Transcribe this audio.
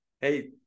hey